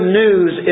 news